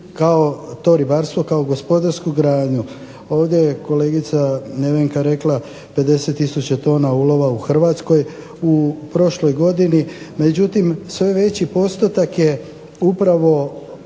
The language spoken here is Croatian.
kao to ribarstvo kao gospodarsku granu. Ovdje je kolegica Nevenka rekla 50000 tona ulova u Hrvatskoj u prošloj godini. Međutim, sve veći postotak je upravo